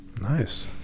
Nice